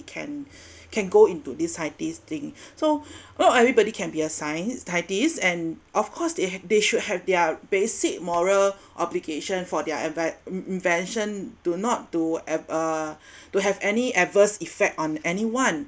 can can go into this scientist thing so not everybody can be a scien~ scientist and of course they they should have their basic moral obligation for their envi~ in~ invention to not to uh to have any adverse effect on anyone